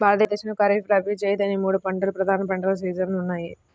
భారతదేశంలో ఖరీఫ్, రబీ, జైద్ అనే మూడు ప్రధాన పంటల సీజన్లు ఉన్నాయి